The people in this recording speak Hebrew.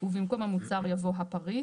ובמקום "המוצר" יבוא "הפריט".